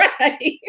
Right